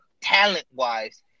talent-wise